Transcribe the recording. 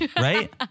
right